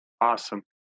Awesome